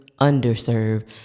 underserved